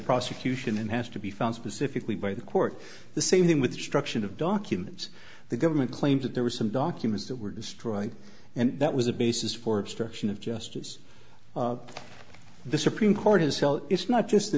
prosecution and has to be found specifically by the court the same thing with the destruction of documents the government claims that there were some documents that were destroyed and that was a basis for obstruction of justice the supreme court has held it's not just the